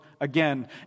again